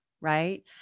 Right